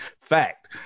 Fact